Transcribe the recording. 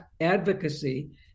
advocacy